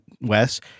Wes